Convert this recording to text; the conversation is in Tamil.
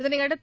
இதளையடுத்து